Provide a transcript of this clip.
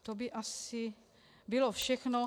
To by asi bylo všechno.